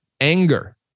anger